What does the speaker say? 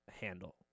handle